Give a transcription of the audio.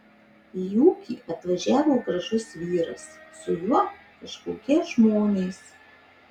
į ūkį atvažiavo gražus vyras su juo kažkokie žmonės